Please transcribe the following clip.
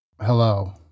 Hello